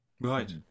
Right